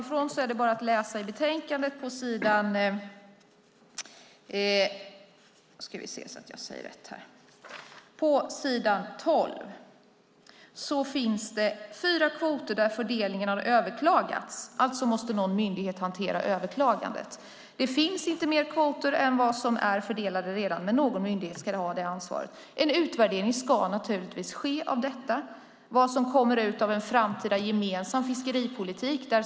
Fru talman! I betänkandet står det på s. 12 att det finns fyra kvoter där fördelningen har överklagats, alltså måste någon myndighet hantera överklagandet. Det finns inte fler kvoter än vad som redan är fördelade, men någon myndighet ska ha ansvaret. En utvärdering ska naturligtvis göras av vad som kommer ut av en framtida gemensam fiskeripolitik.